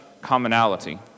commonality